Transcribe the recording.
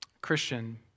Christian